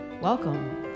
Welcome